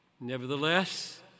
Nevertheless